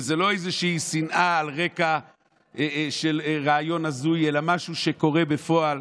וזה לא איזושהי שנאה על רקע של רעיון הזוי אלא משהו שקורה בפועל,